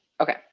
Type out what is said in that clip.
Okay